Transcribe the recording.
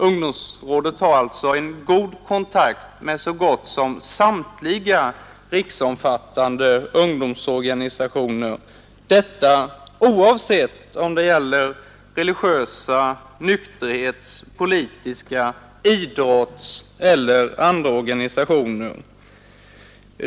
Ungdomsrådet har alltså en god kontakt med så gott som samtliga riksomfattande ungdomsorganisationer, oavsett om det gäller religiösa, nykterhets-, politiska, idrottseller andra organisationer.